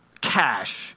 cash